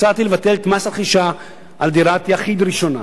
הצעתי לבטל את מס הרכישה על דירת יחיד ראשונה.